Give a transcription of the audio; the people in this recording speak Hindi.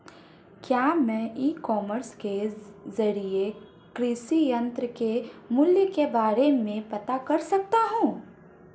क्या मैं ई कॉमर्स के ज़रिए कृषि यंत्र के मूल्य के बारे में पता कर सकता हूँ?